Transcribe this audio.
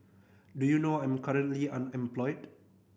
do you know I'm currently unemployed